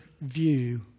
view